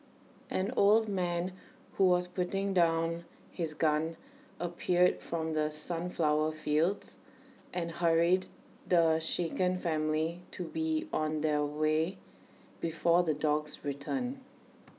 an old man who was putting down his gun appeared from the sunflower fields and hurried the shaken family to be on their way before the dogs return